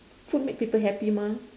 food make people happy mah